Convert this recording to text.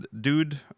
Dude